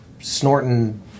snorting